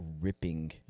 ripping